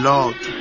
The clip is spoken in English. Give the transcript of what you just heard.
Lord